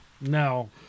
No